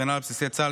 הגנה על בסיסי צה"ל,